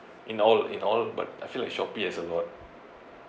in all in all but I feel like Shopee has a lot